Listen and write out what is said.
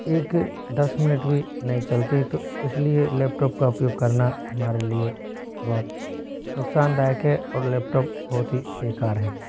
एक दस मिनट भी नहीं चलती तो इसलिए लैपटॉप का उपयोग करना हमारे लिए बहुत नुकसानदायक है और लैपटॉप बहुत ही बेकार है